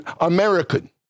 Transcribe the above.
American